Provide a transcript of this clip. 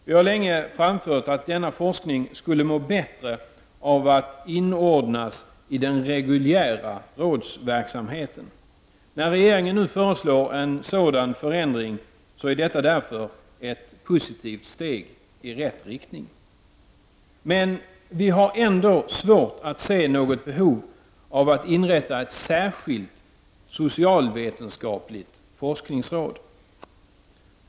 Vi har länge framfört att denna forskning skulle må bättre av att inordnas i den reguljära rådsverksamheten. När regeringen nu föreslår en sådan förändring är detta därför ett steg i rätt riktning. Men vi har ändå svårt att se något behov av att inrätta ett särskilt socialvetenskapligt forskningsråd.